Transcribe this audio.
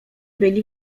byli